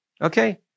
Okay